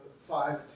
five